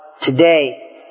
today